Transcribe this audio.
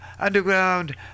underground